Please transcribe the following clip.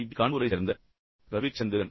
D கான்பூரைச் சேர்ந்த ரவிச்சந்திரன்